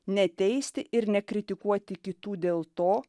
neteisti ir nekritikuoti kitų dėl to